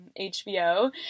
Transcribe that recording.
HBO